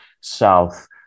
south